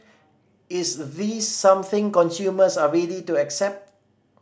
is the this something consumers are ready to accept